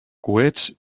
coets